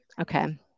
Okay